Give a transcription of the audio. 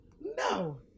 No